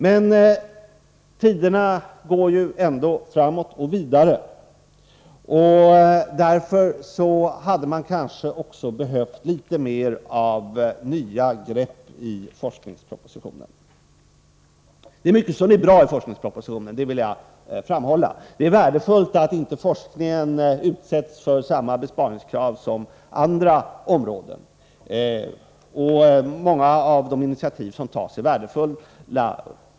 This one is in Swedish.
Men tiderna går ändå vidare, och därför hade man kanske behövt litet mer av nya grepp i forskningspropositionen. Det är mycket som är bra i forskningspropositionen — det vill jag framhålla. Det är värdefullt att forskningen inte utsätts för samma besparingskrav som andra områden, och många av de initiativ som tas är värdefulla.